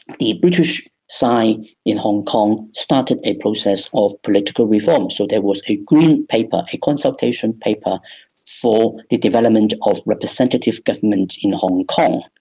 the british side in hong kong started a process of political reform, so there was a green paper, a consultation paper for the development of representative government in hong kong.